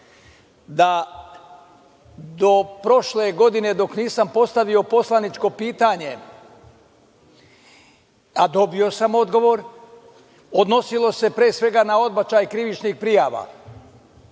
da do prošle godine, dok nisam postavio poslaničko pitanje, a dobio sam odgovor, odnosilo se pre svega na odbačaj krivičnih prijava,